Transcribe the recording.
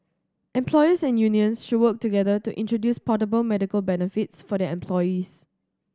employers and unions should work together to introduce portable medical benefits for their employees